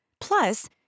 Plus